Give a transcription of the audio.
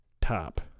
top